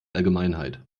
allgemeinheit